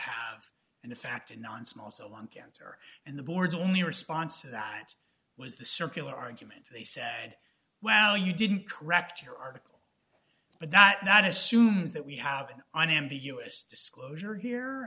have and the fact of non small cell lung cancer and the board's only response to that was the circular argument they said well you didn't correct your are but not not assumes that we have an unambiguous disclosure here